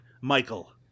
Michael